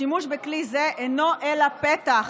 השימוש בכלי זה אינו אלא פתח